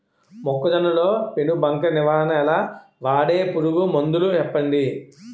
మొక్కజొన్న లో పెను బంక నివారణ ఎలా? వాడే పురుగు మందులు చెప్పండి?